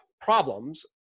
problems